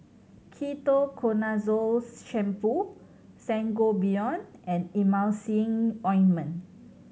Ketoconazole Shampoo Sangobion and Emulsying Ointment